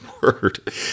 word